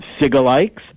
Sigalikes